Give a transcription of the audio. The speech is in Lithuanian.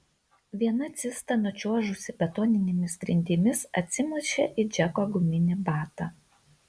viena cista nučiuožusi betoninėmis grindimis atsimušė į džeko guminį batą